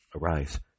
Arise